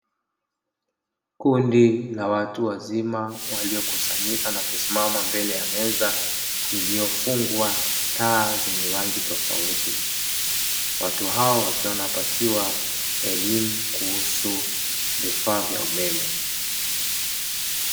Kundi la watu wazima waliokusanyika na kusimama mbele ya meza iliyofungwa taa zenye rangi tofauti, watu hao wakiwa wanapatiwa elimu kuhusu vifaa vya umeme.